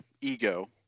ego